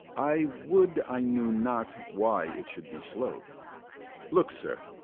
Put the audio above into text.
i would i knew not why it should be slow'd look, sir,